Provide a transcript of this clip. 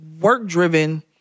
work-driven